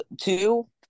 two